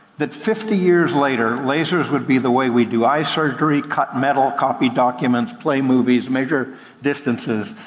that fifty years later, lasers would be the way we do eye surgery, cut metal, copy documents, play movies, major distances,